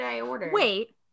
wait